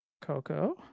Coco